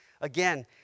Again